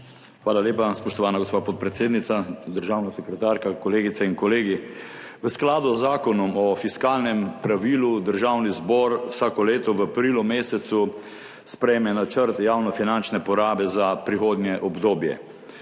Hvala lepa, spoštovana gospa podpredsednica. Državna sekretarka, kolegice in kolegi! V skladu z Zakonom o fiskalnem pravilu Državni zbor vsako leto v aprilu mesecu sprejme načrt javnofinančne porabe za prihodnje obdobje.